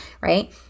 right